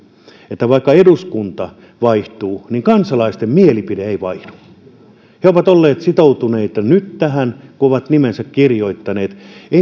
että vaikka eduskunta vaihtuu niin kansalaisten mielipide ei vaihdu he ovat olleet sitoutuneita nyt tähän kun ovat nimensä kirjoittaneet